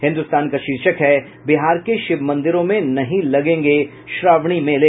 हिन्दुस्तान का शीर्षक है बिहार के शिव मंदिरों में नहीं लगेंगे श्रावणी मेले